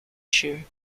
shoe